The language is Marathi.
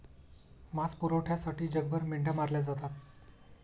मांस पुरवठ्यासाठी जगभर मेंढ्या मारल्या जातात